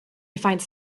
finds